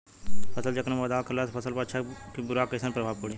फसल चक्र मे बदलाव करला से फसल पर अच्छा की बुरा कैसन प्रभाव पड़ी?